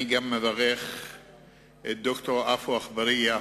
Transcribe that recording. אני גם מברך את ד"ר עפו אגבאריה,